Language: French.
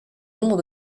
nombre